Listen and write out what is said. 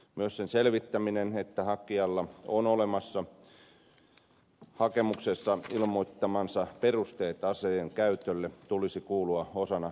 myös sen selvittäminen että hakijalla on olemassa hakemuksessa ilmoittamansa perusteet aseen käytölle tulisi kuulua osana lupaprosessiin